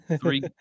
three